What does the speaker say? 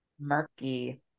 murky